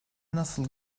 nasıl